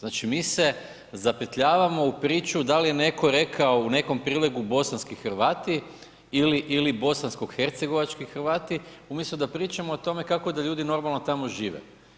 Znači mi se zapetljavamo u priču da li je netko rekao u nekom prilogu bosanski Hrvati ili bosansko-hercegovački Hrvati umjesto da pričamo o tome kako da ljudi normalno tamo žive.